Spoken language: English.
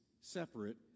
separate